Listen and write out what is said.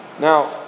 Now